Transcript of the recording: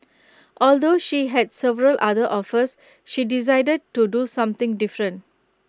although she had several other offers she decided to do something different